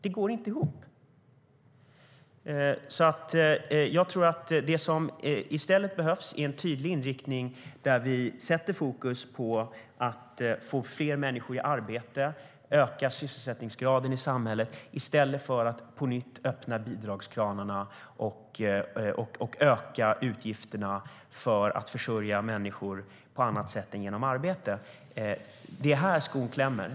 Det som jag tror behövs är en tydlig inriktning med fokus på att få fler människor i arbete, öka sysselsättningsgraden i samhället, i stället för att på nytt öppna bidragskranarna och öka utgifterna för att försörja människor på annat sätt än genom arbete. Det är här skon klämmer.